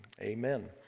amen